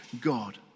God